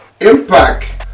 Impact